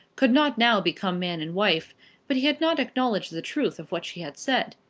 could not now become man and wife but he had not acknowledged the truth of what she had said.